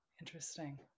interesting